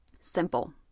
Simple